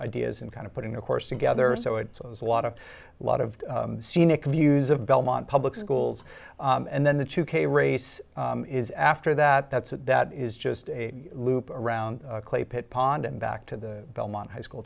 ideas in kind of putting a course together so it has a lot of lot of scenic views of belmont public schools and then the two k race is after that that's that is just a loop around clay pit pond and back to the belmont high school